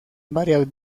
varias